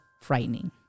frightening